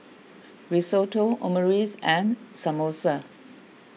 Risotto Omurice and Samosa